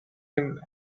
him